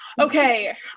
Okay